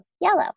yellow